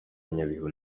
nyabihu